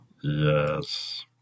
Yes